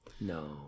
No